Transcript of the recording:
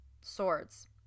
swords